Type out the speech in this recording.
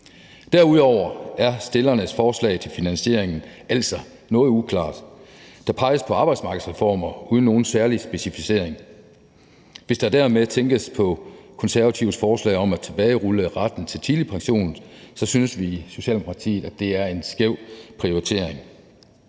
Derudover er stillernes forslag til finansiering altså noget uklart. Der peges på arbejdsmarkedsreformer uden nogen særlig specificering. Hvis der dermed tænkes på Konservatives forslag om at tilbagerulle retten til tidlig pension, synes vi i Socialdemokratiet, at det er en skæv prioritering.